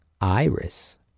IRIS